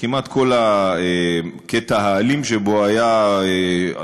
וכמעט כל הקטע האלים שבו היה ב-20,